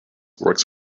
works